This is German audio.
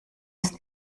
ist